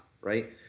right